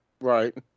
Right